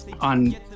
on